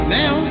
now